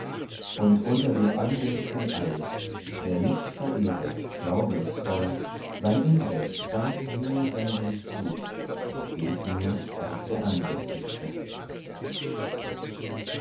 und unter den andächt'gen all wer mich verehret glaubensvoll sein innres ganz mir wendend zu gilt mir als der andächtigste